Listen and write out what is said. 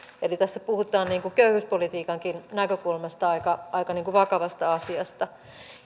eli tässä puhutaan köyhyyspolitiikankin näkökulmasta aika aika vakavasta asiasta